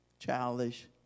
Childish